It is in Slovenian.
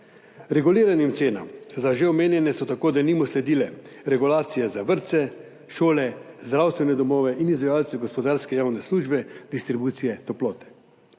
Reguliranim cenam za že omenjene so tako denimo sledile regulacije za vrtce, šole, zdravstvene domove in izvajalce gospodarske javne službe distribucije toplote.